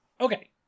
Okay